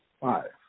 Five